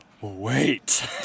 wait